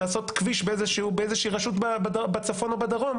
לעשות כביש באיזושהי רשות בצפון או בדרום.